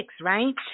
right